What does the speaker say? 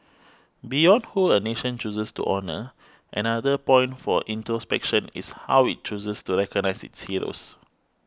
beyond who a nation chooses to honour another point for introspection is how it chooses to recognise its heroes